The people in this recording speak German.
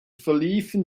verliefen